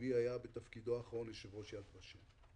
אבי היה בתפקידו האחרון יושב ראש יד ושם.